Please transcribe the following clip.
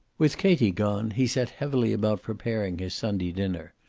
with katie gone, he set heavily about preparing his sunday dinner.